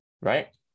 right